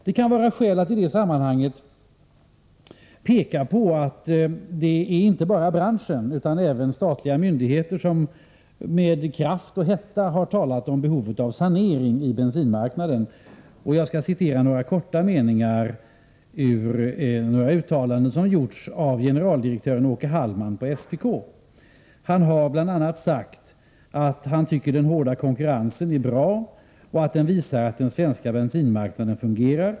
Det kan vara skäl att i det sammanhanget peka på att inte bara branschen utan även statliga myndigheter med kraft och hetta har talat om behovet av sanering på bensinmarknaden. Jag skall återge några korta meningar ur uttalanden som har gjorts av generaldirektör Åke Hallman på SPK. Han har bl.a. sagt att han tycker att den hårda konkurrensen är bra, och att den visar att den svenska bensinmarknaden fungerar.